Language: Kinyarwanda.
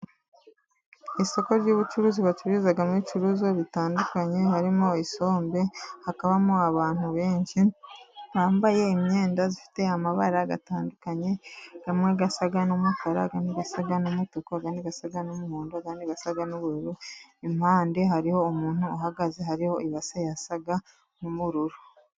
Isoko ry'ubucuruzi bacururizamo ibicuruzwa bitandukanye, harimo isombe. Hakabamo abantu benshi bambaye imyenda ifite amabara atandukanye, imwe isa n'umukara, indi isa n'umutuku, indi isa n'umuhondo, indi n'ubururu . Impande hariho umuntu uhagaze, hariho ibase isa nk'ubururu.